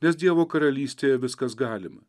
nes dievo karalystėje viskas galima